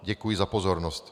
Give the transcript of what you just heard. Děkuji za pozornost.